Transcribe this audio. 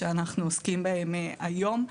שאנחנו עוסקים בהם היום.